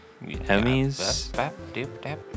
Emmys